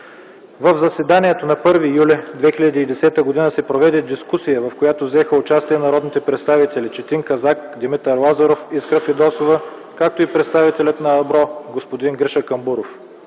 В заседанието на 1 юли 2010 г. се проведе дискусия, в която взеха участие народните представители Четин Казак, Димитър Лазаров, Искра Фидосова, както и представителят на АБРО – господин Гриша Камбуров.